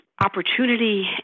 opportunity